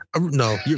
no